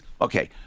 okay